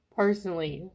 personally